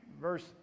Verse